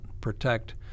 protect